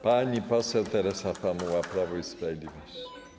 Pani poseł Teresa Pamuła, Prawo i Sprawiedliwość.